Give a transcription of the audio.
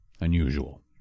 unusual